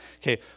Okay